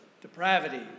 depravity